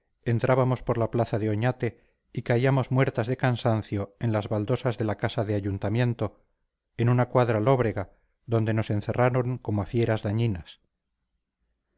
entrábamos por la plaza de oñate y caíamos muertas de cansancio en las baldosas de la casa de ayuntamiento en una cuadra lóbrega donde nos encerraron como a fieras dañinas